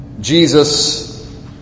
Jesus